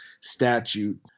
statute